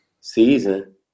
season